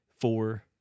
four